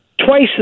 twice